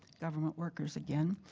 government workers, again,